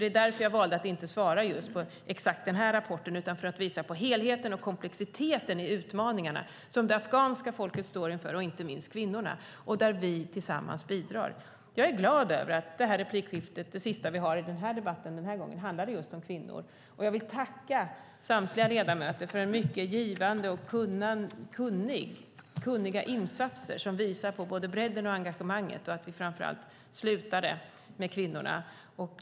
Det var därför jag valde att inte svara på exakt den här rapporten utan valde att visa på helheten och komplexiteten i utmaningarna som det afghanska folket och inte minst kvinnorna står inför och där vi tillsammans bidrar. Jag är glad över att det här replikskiftet, det sista vi har i den här debatten den här gången, handlade just om kvinnor. Jag vill tacka samtliga ledamöter för en mycket givande debatt och kunniga insatser som visar på både bredden och engagemanget och framför allt för att vi slutade med kvinnorna.